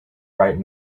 bright